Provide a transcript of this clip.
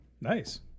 nice